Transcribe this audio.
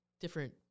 different